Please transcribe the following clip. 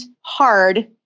hard